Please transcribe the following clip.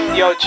yo